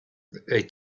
they